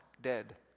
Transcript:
dead